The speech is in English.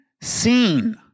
seen